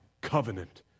covenant